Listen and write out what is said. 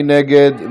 מי נגד?